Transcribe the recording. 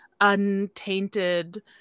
untainted